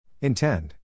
Intend